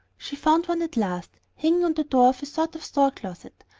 she found one at last, hanging on the door of a sort of store-closet,